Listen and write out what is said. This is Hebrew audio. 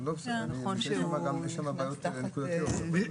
יש שם בעיות נקודתיות.